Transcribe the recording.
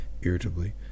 irritably